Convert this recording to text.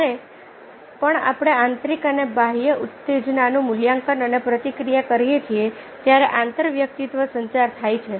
જ્યારે પણ આપણે આંતરિક અને બાહ્ય ઉત્તેજનાનું મૂલ્યાંકન અને પ્રતિક્રિયા કરીએ છીએ ત્યારે આંતરવ્યક્તિત્વ સંચાર થાય છે